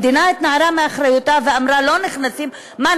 המדינה התנערה מאחריותה ואמרה: מה,